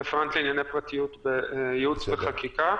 רפרנט לענייני פרטיות בייעוץ וחקיקה.